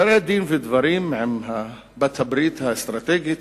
אחרי דין ודברים עם בעלת-הברית האסטרטגית,